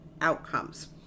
outcomes